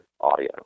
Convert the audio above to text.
audio